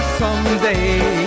someday